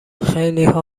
خیلیها